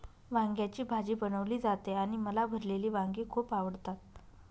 वांग्याची भाजी बनवली जाते आणि मला भरलेली वांगी खूप आवडतात